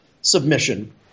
submission